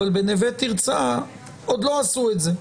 אבל בנוה תרצה עוד לא עשו את זה.